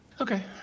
Okay